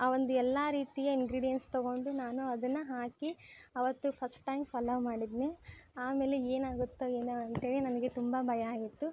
ಆ ಆ ಒಂದು ಎಲ್ಲ ರೀತಿಯ ಇನ್ಗ್ರೀಡಿಯನ್ಸ್ ತಗೊಂಡು ನಾನು ಅದನ್ನು ಹಾಕಿ ಆವತ್ತು ಫಸ್ಟ್ ಟೈಮ್ ಪಲಾವು ಮಾಡಿದ್ನಿ ಆಮೇಲೆ ಏನಾಗುತ್ತೊ ಏನೋ ಅಂಥೇಳಿ ನನಗೆ ತುಂಬ ಭಯ ಆಗಿತ್ತು